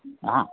हा